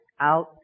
out